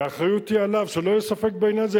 האחריות היא עליו, שלא יהיה ספק בעניין הזה.